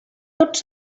tots